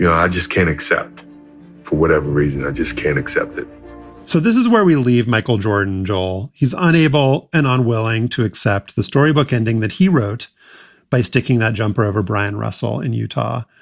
yeah i just can't accept for whatever reason. i just can't accept it so this is where we leave michael jordan, joel. he's unable and unwilling to accept the storybook ending that he wrote by sticking that jumper over brian russell in utah.